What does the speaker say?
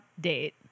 date